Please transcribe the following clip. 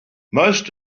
most